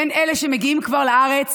בין אלה שמגיעים כבר לארץ,